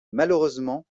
malheureusement